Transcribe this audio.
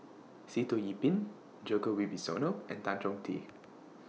Sitoh Yih Pin Djoko Wibisono and Tan Chong Tee